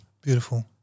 Beautiful